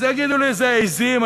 אז יגידו לי: זה עזים.